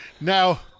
Now